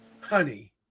honey